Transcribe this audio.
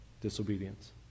disobedience